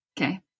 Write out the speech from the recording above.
Okay